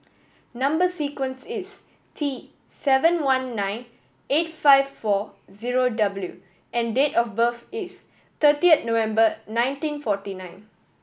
number sequence is T seven one nine eight five four zero W and date of birth is thirty November nineteen forty nine